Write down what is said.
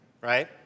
right